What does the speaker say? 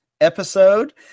episode